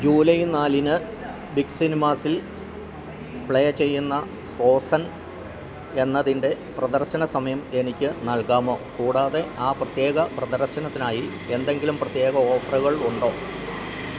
July നാലിന് big സിനിമാസിൽ play ചെയ്യുന്ന ഫ്രോസൺ എന്നതിൻ്റെ പ്രദർശനസമയം എനിക്ക് നൽകാമോ കൂടാതെ ആ പ്രത്യേക പ്രദർശനത്തിനായി എന്തെങ്കിലും പ്രത്യേക ഓഫറുകളുണ്ടോ